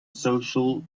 social